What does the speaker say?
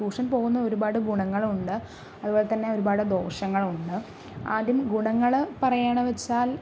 tuition പോകുന്ന ഒരുപാട് ഗുണങ്ങളുണ്ട് അതുപോലെ തന്നെ ഒരുപാട് ദോഷങ്ങളുമുണ്ട് ആദ്യം ഗുണങ്ങള് പറയാണ് വെച്ചാൽ